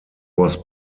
was